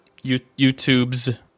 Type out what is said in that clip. YouTubes